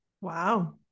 Wow